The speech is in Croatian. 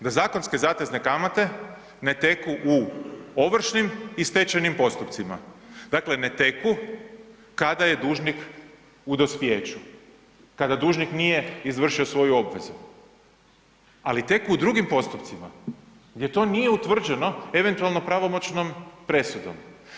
Da zakonske zatezne kamate ne teku u ovršnim i stečajnim postupcima, dakle ne teku kada je dužnik u dospijeću, kada dužnik nije izvršio svoju obvezu, ali teku u drugim postupcima gdje to nije utvrđeno eventualno pravomoćnom presudom.